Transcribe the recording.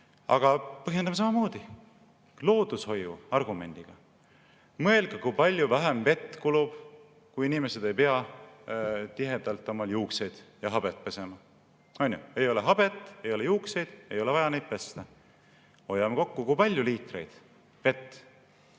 Aga põhjendame samamoodi loodushoiu argumendiga! Mõelge, kui palju vähem vett kulub, kui inimesed ei pea tihedalt oma juukseid ja habet pesema! Ei ole habet, ei ole juukseid, ei ole vaja neid pesta. Hoiame kokku palju liitreid vett,